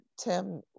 Tim